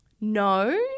No